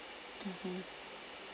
mmhmm